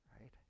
right